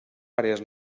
àrees